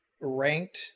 ranked